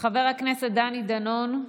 חבר הכנסת דני דנון.